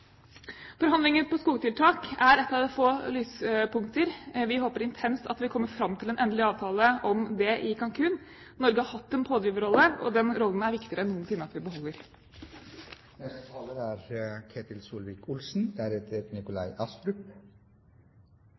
Forhandlinger på skogtiltak er ett av få lyspunkter. Vi håper intenst at vi kommer fram til en endelig avtale om det i Cancún. Norge har hatt en pådriverrolle, og den rollen er det viktigere enn noensinne at vi beholder. Jeg er